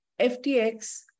FTX